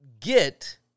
get